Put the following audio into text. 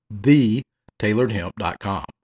TheTailoredHemp.com